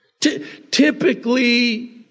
typically